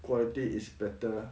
quality is better